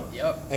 yup